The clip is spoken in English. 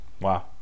wow